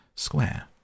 square